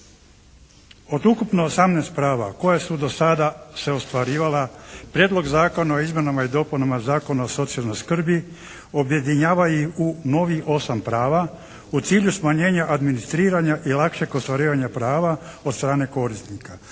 Od ukupno 18 prava koja su do sada se ostvarivala, Prijedlog zakona o izmjenama i dopunama Zakona o socijalnoj skrbi objedinjava i novih 8 prava, u cilju smanjenja administriranja i lakšeg ostvarivanja prava od strane korisnika.